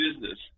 business